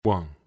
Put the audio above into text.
One